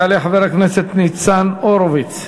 יעלה חבר הכנסת ניצן הורוביץ.